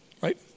right